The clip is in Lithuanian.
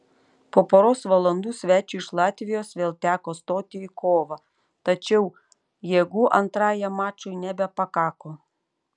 po poros valandų svečiui iš latvijos vėl teko stoti į kovą tačiau jėgų antrajam mačui nebepakako